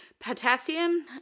potassium